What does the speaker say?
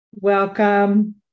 Welcome